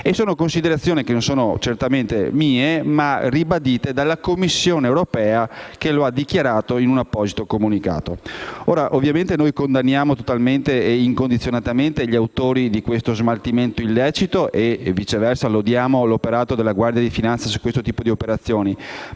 Tali considerazioni non sono certamente mie, ma ribadite dalla Commissione europea che lo ha dichiarato in un apposito comunicato. Ovviamente noi condanniamo totalmente e incondizionatamente gli autori di questo smaltimento illecito e, viceversa, lodiamo l'operato della Guardia di finanza in questo tipo di interventi.